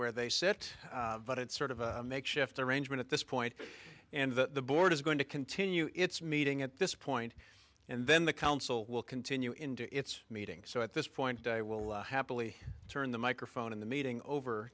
where they sit but it's sort of a makeshift arrangement at this point and the board is going to continue its meeting at this point and then the council will continue into its meeting so at this point i will happily turn the microphone and the meeting over